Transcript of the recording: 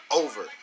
over